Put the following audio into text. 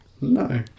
No